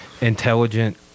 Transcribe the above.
Intelligent